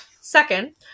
Second